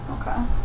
Okay